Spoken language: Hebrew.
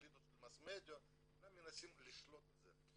אליטות של mass media, כולם מנסים לשלוט על זה.